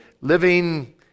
living